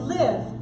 live